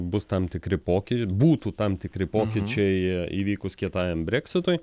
bus tam tikri poky būtų tam tikri pokyčiai įvykus kietajam breksitui